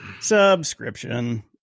Subscription